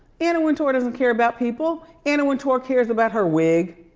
anna wintour doesn't care about people. anna wintour cares about her wig.